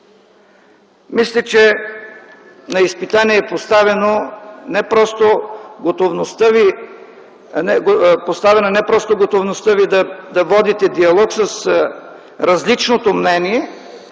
Мисля, че на изпитание е поставена не просто готовността ви да водите диалог с различното мнение,